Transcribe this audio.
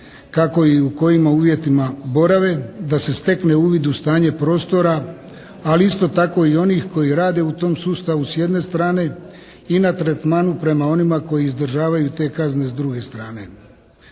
kako i u kojima uvjetima borave da se stekne uvid u stanje prostora, ali isto tako i onih koji rade u tom sustavu s jedne strane i na tretmanu prema onima koji izdržavaju te kazne s druge strane.